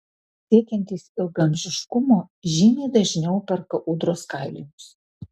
siekiantys ilgaamžiškumo žymiai dažniau perka ūdros kailinius